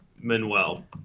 Manuel